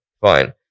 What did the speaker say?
Fine